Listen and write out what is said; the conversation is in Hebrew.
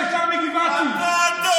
לאלה שמתאמנים ונלחמים עבורנו?